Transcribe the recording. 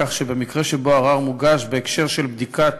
כך שבמקרה שבו הערר מוגש בהקשר של בדיקת